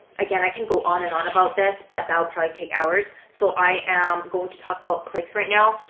again, i can go on and on about this but that would probably take hours so i am going to talk about clicks right now.